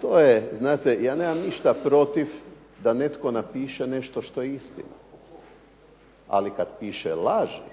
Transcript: to je znate, ja nemam ništa protiv da netko napiše nešto što je istina, ali kad piše laži,